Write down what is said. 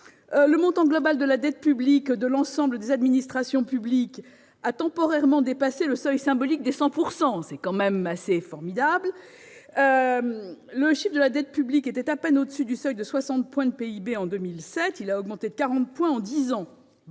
Le montant global de la dette publique de l'ensemble des administrations publiques a temporairement dépassé le seuil symbolique des 100 % du PIB- ce chiffre est tout de même assez frappant ... La dette publique était à peine au-dessus du seuil des 60 points de PIB en 2007. Elle a augmenté de 40 points en dix ans